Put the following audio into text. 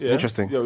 Interesting